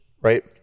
right